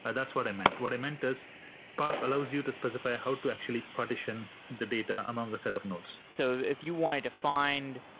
but that's what i meant. that i meant is spark allows you to specify how to actually partition the data among the set of nodes so if you want to find,